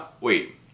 Wait